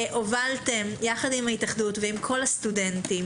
שהובלתם יחד עם ההתאחדות ועם כל הסטודנטים